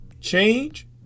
change